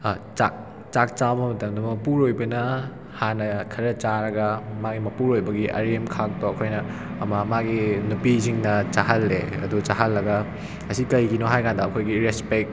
ꯆꯥꯛ ꯆꯥꯛ ꯆꯥꯕ ꯃꯇꯝꯗ ꯃꯄꯨꯔꯣꯏꯕꯅ ꯍꯥꯟꯅ ꯈꯔ ꯆꯥꯔꯒ ꯃꯥꯏ ꯃꯄꯨꯔꯣꯏꯕꯒꯤ ꯑꯔꯦꯝ ꯈꯥꯛꯇꯣ ꯑꯩꯈꯣꯏꯅ ꯑꯃ ꯃꯥꯒꯤ ꯅꯨꯄꯤꯁꯤꯡꯅ ꯆꯥꯍꯜꯂꯦ ꯑꯗꯨ ꯆꯥꯍꯜꯂꯒ ꯑꯁꯤ ꯀꯩꯒꯤꯅꯣ ꯍꯥꯏꯀꯥꯟꯗ ꯑꯩꯈꯣꯏꯒꯤ ꯔꯦꯁꯄꯦꯛ